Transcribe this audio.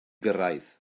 gyrraedd